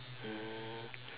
mm